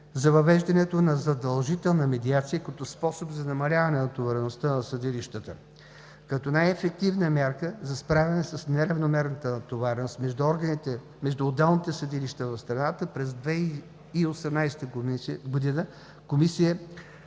за въвеждането на задължителна медиация като способ за намаляване на натовареността на съдилищата. Като най-ефективна мярка за справяне с неравномерната натовареност между отделните съдилища в страната през 2018 г. Комисията